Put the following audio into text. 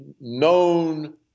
known